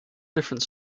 different